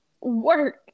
work